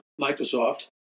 Microsoft